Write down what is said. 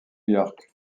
york